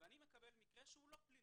ואני מקבל מקרה חמור אך לא פלילי.